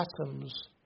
atoms